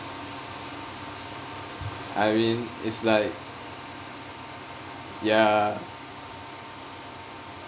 yes I mean it's like ya